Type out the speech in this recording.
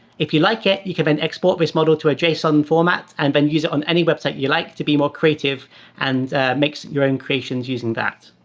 if you like it, you can export this model to a json format and then use it on any website you like to be more creative and make your own creations using that.